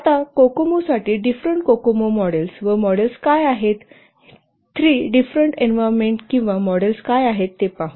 आता कोकोमो साठी different COCOMO models व मॉडेल्स काय आहेत 3 डिफरेंट एन्व्हारमेन्ट किंवा मॉडेल्स काय आहेत ते पाहू